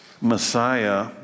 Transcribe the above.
Messiah